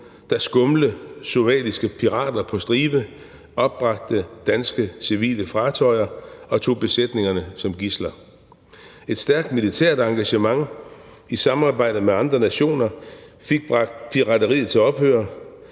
da skumle somaliske pirater på stribe opbragte danske civile fartøjer og tog besætningerne som gidsler. Et stærkt militært engagement i samarbejde med andre nationer fik bragt pirateriet til ophør,